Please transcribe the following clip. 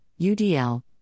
UDL